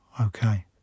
Okay